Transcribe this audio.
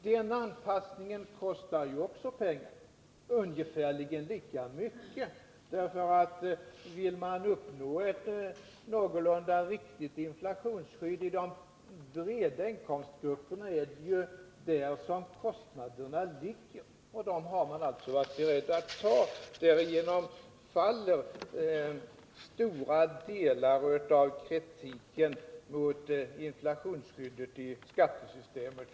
Den anpassningen kostar också pengar, ungefärligen lika mycket om man vill uppnå ett någorlunda riktigt inflationsskydd i de breda inkomstgrupperna ty det är ju där kostnaderna ligger. Och de kostnaderna har man alltså varit beredd att ta. Därigenom faller stora delar av kritiken mot inflationsskyddet i skattesystemet.